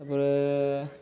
ତା'ପରେ